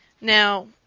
now